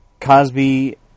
Cosby